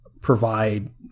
provide